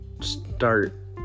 start